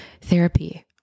Therapy